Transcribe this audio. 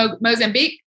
mozambique